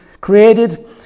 created